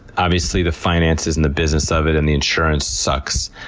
obviously, the finances and the business of it, and the insurance sucks,